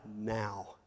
now